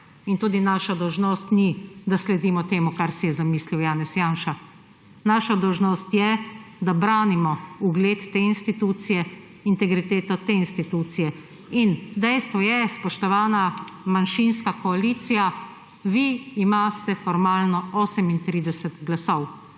ni naša dolžnost, da sledimo temu, kar se je zamislil Janez Janša. Naša dolžnost je, da branimo ugled te institucije, integriteto te institucije. Dejstvo je, spoštovana manjšinska koalicija, vi imate formalno 38 glasov.